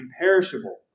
imperishable